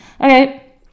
okay